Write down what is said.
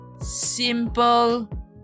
Simple